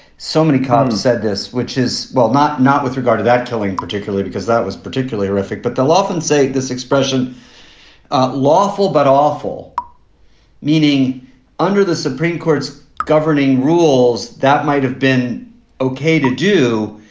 so many cars said this, which is well, not not with regard to that killing in particular, because that was particularly horrific. but they'll often say this expression lawful but awful meaning under the supreme court's governing rules that might have been ok to do.